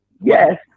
Yes